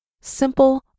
simple